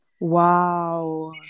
Wow